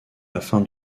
afin